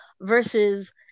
versus